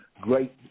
great